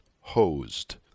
hosed